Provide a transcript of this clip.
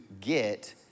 get